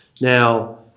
Now